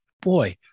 Boy